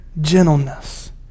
gentleness